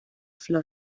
flor